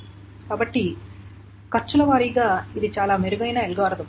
కాబట్టి ఖర్చు వారీగా ఇది చాలా మెరుగైన అల్గోరిథం